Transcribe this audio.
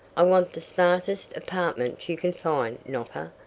i want the smartest apartment you can find, nopper,